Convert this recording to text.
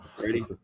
Ready